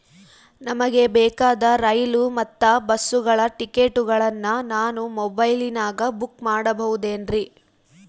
ನಮಗೆ ಬೇಕಾದ ರೈಲು ಮತ್ತ ಬಸ್ಸುಗಳ ಟಿಕೆಟುಗಳನ್ನ ನಾನು ಮೊಬೈಲಿನಾಗ ಬುಕ್ ಮಾಡಬಹುದೇನ್ರಿ?